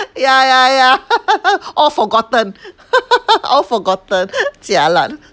ya ya ya all forgotten all forgotten jialat